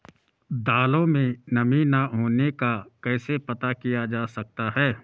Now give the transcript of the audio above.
दालों में नमी न होने का कैसे पता किया जा सकता है?